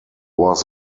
was